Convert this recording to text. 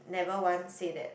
never once say that